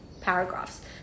paragraphs